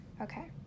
Okay